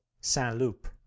Saint-Loup